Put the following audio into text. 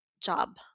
job